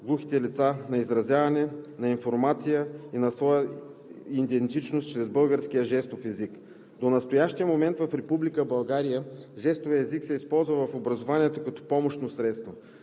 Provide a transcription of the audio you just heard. глухите лица на изразяване, на информация и на своя идентичност чрез българския жестов език. До настоящия момент в Република България жестовият език се използва в образованието като помощно средство.